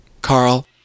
Carl